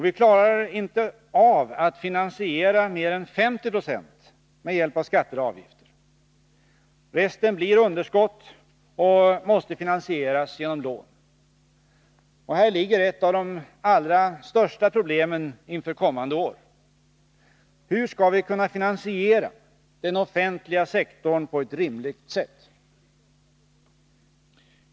Vi klarar inte av att finansiera mer än 50 96 med hjälp av skatter och avgifter. Resten blir underskott och måste finansieras genom lån. Här ligger ett av de allra största problemen inför kommande år. Hur skall vi kunna finansiera den offentliga sektorn på ett rimligt sätt?